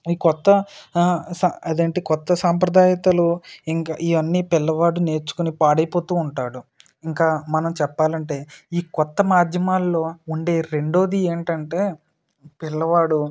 ఈ కొత్త స అదేంటి కొత్త సాంప్రదాయకతలో ఇంక ఇవి అన్నీ పిల్లవాడు నేర్చుకుని పాడైపోతు ఉంటాడు ఇంకా మనం చెప్పాలంటే ఈ కొత్త మాధ్యమాలలో ఉండే రెండోది ఏంటంటే పిల్లవాడు